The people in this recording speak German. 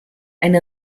eine